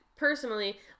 Personally